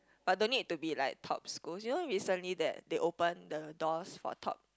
but don't need to be like top schools you know recently that they open the doors for top